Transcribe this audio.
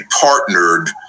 partnered